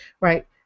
right